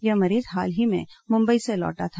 यह मरीज हाल ही में मुंबई से लौटा था